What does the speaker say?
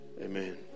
amen